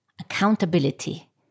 accountability